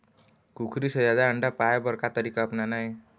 कुकरी से जादा अंडा पाय बर का तरीका अपनाना ये?